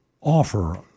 offer